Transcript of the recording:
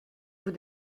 vous